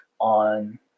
on